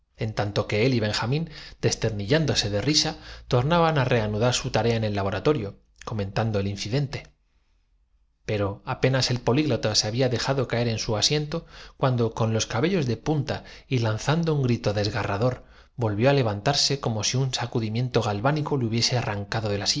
en tanto que él y benja mín desternillándose de risa tornaban á reanudar su tarea en el laboratorio comentando el incidente pero apenas el políglota se había dejado caer en su asiento cuando con los cabellos de punta y lanzando un grito desgarrador volvió á levantarse como si un sacudi miento galvánico le hubiese arrancado de la